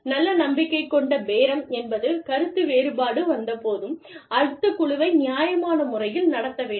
நல்ல நம்பிக்கை கொண்ட பேரம் என்பது கருத்துவேறுபாடு வந்த போதும் அடுத்த குழுவை நியாயமான முறையில் நடத்த வேண்டும்